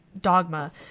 dogma